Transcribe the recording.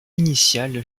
initiale